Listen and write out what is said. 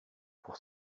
pour